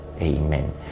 Amen